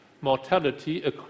mortality